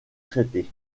traité